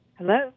Hello